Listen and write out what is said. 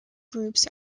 groups